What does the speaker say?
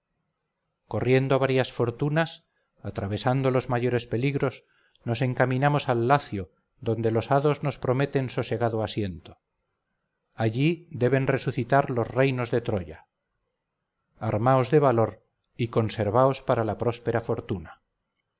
corriendo varias fortunas atravesando los mayores peligros nos encaminamos al lacio donde los hados nos prometen sosegado asiento allí deben resucitar los reinos de troya armaos de valor y conservaos para la próspera fortuna